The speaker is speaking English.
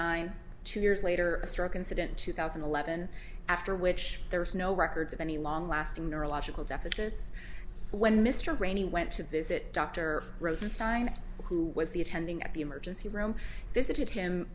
nine two years later a stroke incident two thousand and eleven after which there was no records of any long lasting neurological deficits when mr rayney went to visit dr rosenstein who was the attending at the emergency room visit him